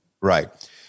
Right